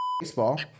baseball